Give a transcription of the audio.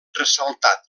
ressaltat